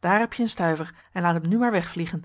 daar heb je een stuiver en laat hem nu maar wegvliegen